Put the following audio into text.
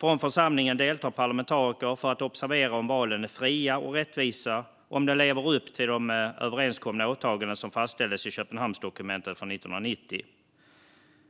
Från församlingen deltar parlamentariker för att observera om valen är fria och rättvisa och om de lever upp till de överenskomna åtaganden som fastställdes i Köpenhamnsdokumentet från 1990.